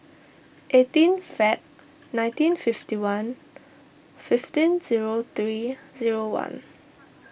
eighteen Feb nineteen fifty one fifteen zero three zero one